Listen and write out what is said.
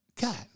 God